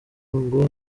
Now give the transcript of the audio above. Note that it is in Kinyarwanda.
ngo